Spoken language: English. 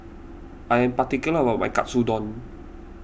I am particular about my Katsudon